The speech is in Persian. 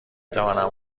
توانم